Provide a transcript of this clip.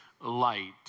light